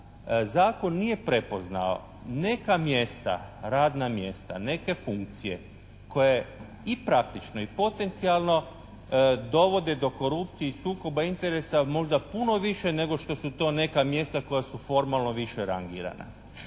zakon nije prepoznao neka mjesta, radna mjesta, neke funkcije koje i praktično i potencijalno dovode do korupcije i sukoba interesa možda puno više nego što su to neka mjesta koja su formalno više rangirana.